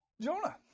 Jonah